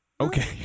Okay